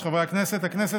הצעת ועדת הכנסת